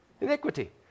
Iniquity